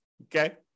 okay